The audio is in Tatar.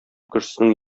кешесенең